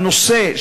שהנושא,